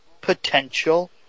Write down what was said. potential